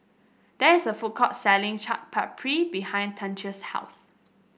there is a food court selling Chaat Papri behind Chante's house